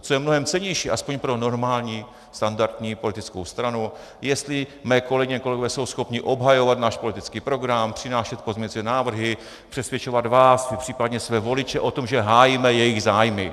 Co je mnohem cennější, aspoň pro normální standardní politickou stranu, jestli mé kolegyně, kolegové jsou schopni obhajovat náš politický program, přinášet pozměňovací návrhy, přesvědčovat vás i případně své voliče o tom, že hájíme jejich zájmy.